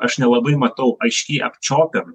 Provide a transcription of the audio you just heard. aš nelabai matau aiškiai apčiuopiamo